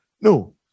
No